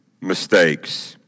mistakes